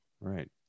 Right